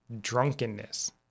drunkenness